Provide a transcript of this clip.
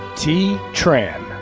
thi tran.